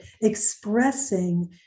expressing